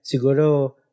siguro